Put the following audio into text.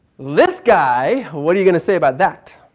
this guy, what are you going to say about that?